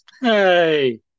Hey